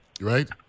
right